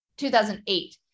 2008